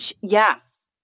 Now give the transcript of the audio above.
Yes